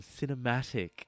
cinematic